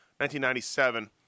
1997